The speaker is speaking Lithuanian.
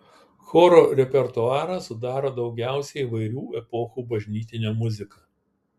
choro repertuarą sudaro daugiausiai įvairių epochų bažnytinė muzika